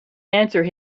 answer